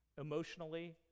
emotionally